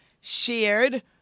shared